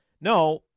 no